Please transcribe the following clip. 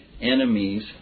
enemies